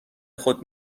خود